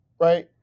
right